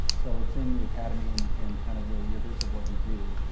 so it's in the academy and and kind of the rigors of what you do.